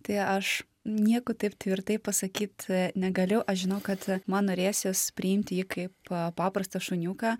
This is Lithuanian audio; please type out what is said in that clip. tai aš nieko taip tvirtai pasakyt negaliu aš žinau kad man norėsis priimti jį kaip paprastą šuniuką